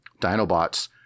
Dinobots